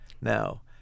Now